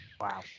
Wow